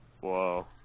Whoa